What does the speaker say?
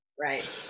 Right